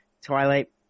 Twilight